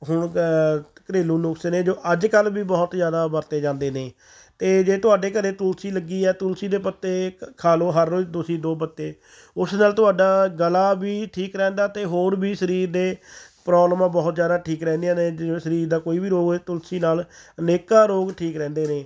ਹੁਣ ਘਰੇਲੂ ਨੁਸਖੇ ਨੇ ਜੋ ਅੱਜ ਕੱਲ੍ਹ ਵੀ ਬਹੁਤ ਜ਼ਿਆਦਾ ਵਰਤੇ ਜਾਂਦੇ ਨੇ ਅਤੇ ਜੇ ਤੁਹਾਡੇ ਘਰ ਤੁਲਸੀ ਲੱਗੀ ਹੈ ਤੁਲਸੀ ਦੇ ਪੱਤੇ ਖਾ ਲਉ ਹਰ ਰੋਜ਼ ਤੁਸੀਂ ਦੋ ਪੱਤੇ ਉਸ ਨਾਲ ਤੁਹਾਡਾ ਗਲਾ ਵੀ ਠੀਕ ਰਹਿੰਦਾ ਅਤੇ ਹੋਰ ਵੀ ਸਰੀਰ ਦੇ ਪ੍ਰੋਬਲਮਾਂ ਬਹੁਤ ਜ਼ਿਆਦਾ ਠੀਕ ਰਹਿੰਦੀਆਂ ਨੇ ਜਿਵੇਂ ਸਰੀਰ ਦਾ ਕੋਈ ਵੀ ਰੋਗ ਤੁਲਸੀ ਨਾਲ ਅਨੇਕਾਂ ਰੋਗ ਠੀਕ ਰਹਿੰਦੇ ਨੇ